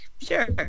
sure